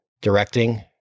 directing